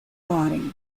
body